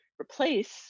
replace